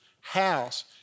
house